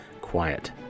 quiet